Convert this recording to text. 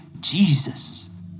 Jesus